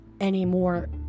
anymore